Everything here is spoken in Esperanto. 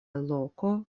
loko